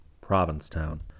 Provincetown